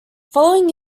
following